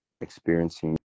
experiencing